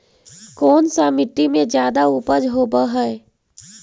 कोन सा मिट्टी मे ज्यादा उपज होबहय?